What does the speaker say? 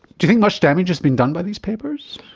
you think much damage has been done by these papers?